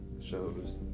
shows